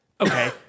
okay